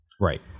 right